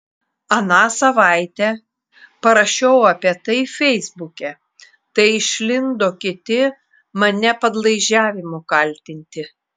aną savaitę parašiau apie tai feisbuke tai išlindo kiti mane padlaižiavimu kaltinti